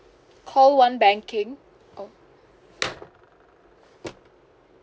call one banking uh